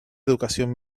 educación